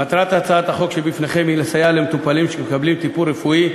מטרת הצעת החוק שלפניכם היא לסייע למטופלים שמקבלים טיפול רפואי,